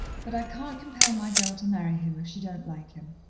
but i can't compel my girl to marry him if she don't like him.